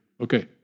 Okay